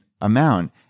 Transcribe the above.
amount